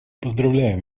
поздравляем